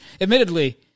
admittedly